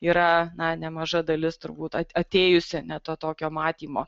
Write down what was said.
yra na nemaža dalis turbūt atėjusi ne ti tokio matymo